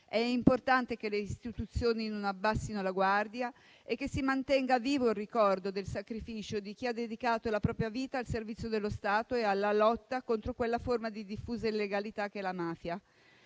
È importante che le istituzioni non abbassino la guardia e si mantenga vivo il ricordo del sacrificio di chi ha dedicato la propria vita al servizio dello Stato e alla lotta contro quella forma di diffusa illegalità che è la mafia.